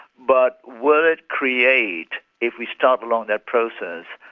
but will it create, if we start along that process,